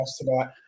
tonight